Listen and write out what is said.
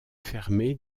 fermée